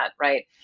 right